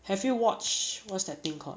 have you watch what's that thing called